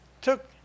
took